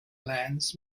lands